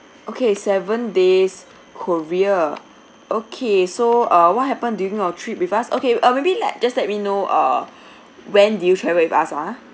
okay seven days korea okay so uh what happened during your trip with us okay uh maybe let just let me know err when did you travel with us ah